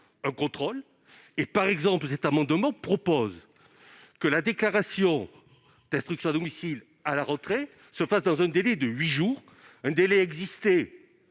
un contrôle. Par exemple, cet amendement vise à imposer que la déclaration d'instruction à domicile à la rentrée se fasse dans un délai de huit jours. Un délai était